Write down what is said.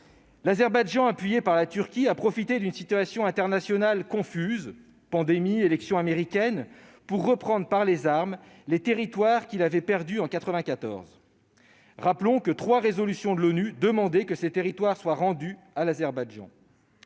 L'Azerbaïdjan, appuyé par la Turquie, a profité d'une situation internationale confuse- pandémie, élections américaines -pour reprendre, par les armes, les territoires qu'il avait perdus en 1994. Rappelons que trois résolutions de l'ONU demandaient que ces territoires lui soient rendus. Ils ont